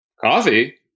Coffee